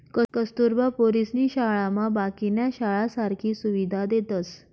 कस्तुरबा पोरीसनी शाळामा बाकीन्या शाळासारखी सुविधा देतस